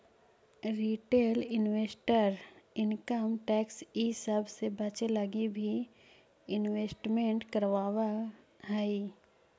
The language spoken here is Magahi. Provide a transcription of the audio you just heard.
रिटेल इन्वेस्टर इनकम टैक्स इ सब से बचे लगी भी इन्वेस्टमेंट करवावऽ हई